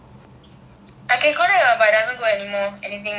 I can connect ah but it doesn't go anything more than that I guess